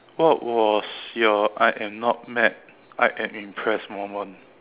what was your I am not mad I am impressed moment